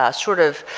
ah sort of